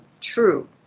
true